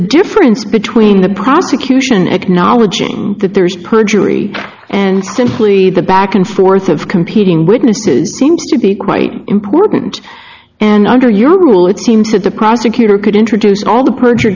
difference between the prosecution acknowledging that there is perjury and simply the back and forth of competing witnesses seems to be quite important and under your rule it seems that the prosecutor could introduce all the perjur